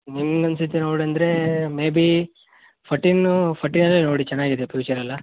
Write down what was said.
ನಿಮ್ಗೆ ಅನ್ಸಿದ್ದು ತಗೊಳ್ಳಿ ಅಂದರೆ ಮೇ ಭೀ ಪೋಟೀನ್ನು ಪೋಟಿಯನ್ನೇ ನೋಡಿ ಚೆನ್ನಾಗಿದೆ ಪ್ಯೂಚರೆಲ್ಲ